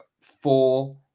four